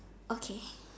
okay